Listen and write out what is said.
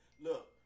Look